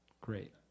great